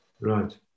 right